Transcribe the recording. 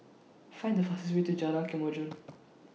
Find The fastest Way to Jalan Kemajuan